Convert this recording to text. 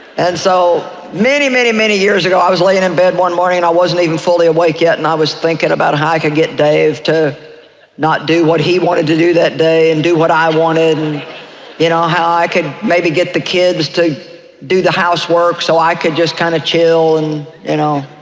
and so many many many years ago i was laying in bed one morning, and i wasn't even fully awake yet and i was thinking about how i could get dave to not do what he wanted to do that day and do what i wanted and, you know, ah how i could maybe get the kids to do the housework so i could just kind of chill and, you know,